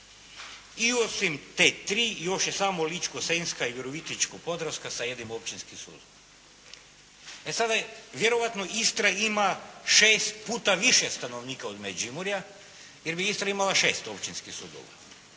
I osim te tri, još je samo Lično-senjska i Virovitičko-podravska sa jednim općinskim sudom. E sada, vjerojatno Istra ima šest puta više stanovnika od Međimurja, jer bi Istra imala šest općinskih